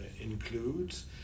includes